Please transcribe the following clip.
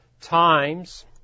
times